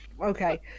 Okay